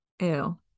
Ew